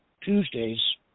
Tuesdays